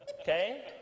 Okay